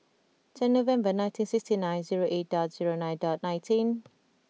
ten November nineteen sixty nine zero eight dot zero nine dot nineteen